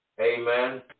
Amen